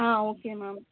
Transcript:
ah okay ma'am